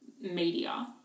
media